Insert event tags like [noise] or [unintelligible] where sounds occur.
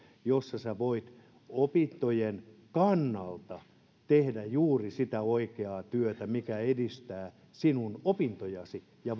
jossa voit opintojen kannalta tehdä juuri sitä oikeaa työtä mikä edistää sinun opintojasi ja [unintelligible]